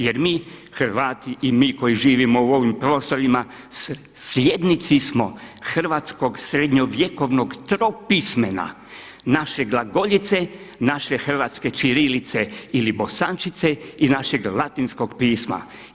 Jer mi Hrvati i mi koji živimo u ovim prostorima slijednici smo hrvatskog srednjovjekovnog tropismena naše glagoljice, naše hrvatske ćirilice ili bosančiće i našeg latinskog pisma.